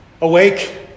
awake